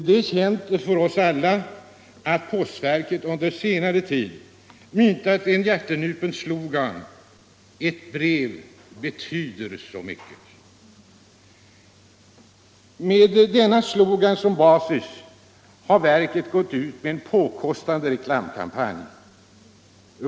Det är känt för oss alla att postverket under senare tid myntat en hjärtnupen slogan: ”Ett brev betyder så mycket.” Med denna slogan som basis har verket drivit en påkostad reklamkampanj.